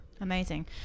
amazing